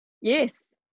Yes